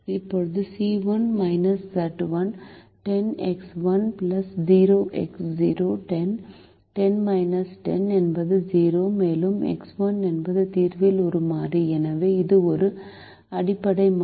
இப்போது C1 Z1 10 10 10 என்பது 0 மேலும் எக்ஸ் 1 என்பது தீர்வில் ஒரு மாறி எனவே இது ஒரு அடிப்படை மாறி